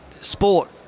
sport